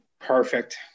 Perfect